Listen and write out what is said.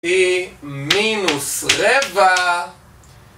P מינוס רבע